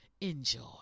Enjoy